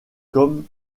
comme